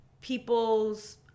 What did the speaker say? people's